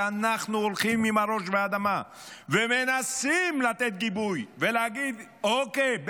שאנחנו הולכים עם הראש באדמה ומנסים לתת גיבוי ולהגיד: אוקיי,